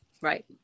Right